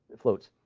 floats.